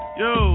yo